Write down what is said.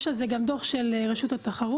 יש על זה גם דוח של רשות התחרות,